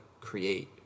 create